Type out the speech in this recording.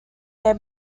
their